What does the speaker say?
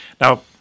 Now